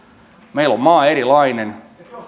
meillä on maa erilainen